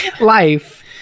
life